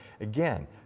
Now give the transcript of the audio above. Again